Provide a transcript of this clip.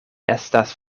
estas